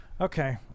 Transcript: Okay